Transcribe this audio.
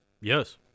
Yes